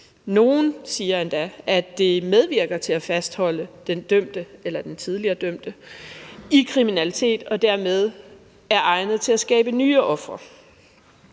Nogle siger endda, at det medvirker til at fastholde den dømte eller den tidligere dømte i kriminalitet og dermed er egnet til at skabe nye ofre.